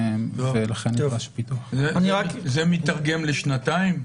אני אשמח אם תעלו אותו.